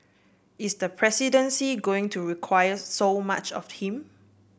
is the presidency going to require so much of him